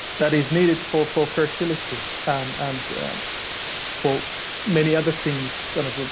that is needed for for fertility and and for many other things, kind of of